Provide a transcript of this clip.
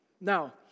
Now